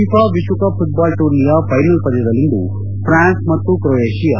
FIFA ವಿಶ್ವಕಪ್ football ಟೂರ್ನಿಯ final ಪಂದ್ಲದಲ್ಲಿಂದು ಫ್ರಾನ್ಸ್ ಮತ್ತು ಕ್ರೊಯೇಷಿಯಾ